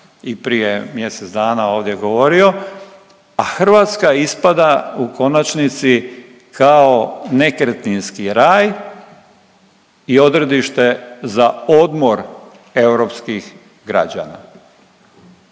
i prije mjesec dana ovdje govorio, a Hrvatska ispada u konačnici kao nekretninski raj i odredište za odmor europskih građana,